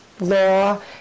law